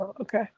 Okay